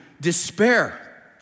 Despair